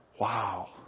Wow